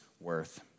worth